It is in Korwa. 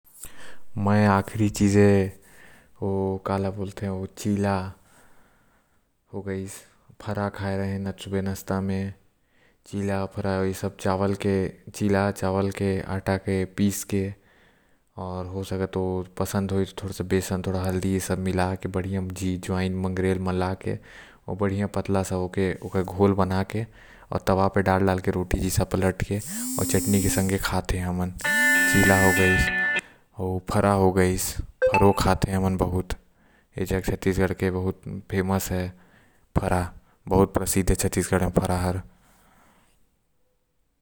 मैं ह आखिरी चीज चिला खाएं आऊ सुबह नाश्ता म खाए रहें। रोटी आऊ आलू के सब्जी जेल ल अच्छा रोटी में घी लगा के आऊ सब्जी म मिर्ची के चटकारा आऊ मस्त हल्दी आऊ गरम मसाला डाल के खाए म मजा आते।